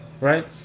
right